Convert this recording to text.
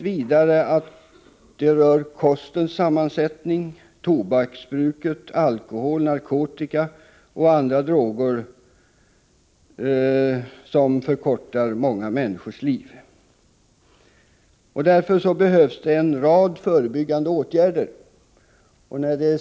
Vidare vet vi att kostens sammansättning har betydelse och att bruket av tobak, alkohol, narkotika och andra droger förkortar människors liv. Därför behövs det en rad förebyggande åtgärder.